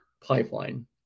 Pipeline